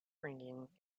ringing